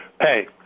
Hey